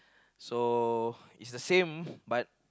so is the same but